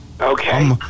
Okay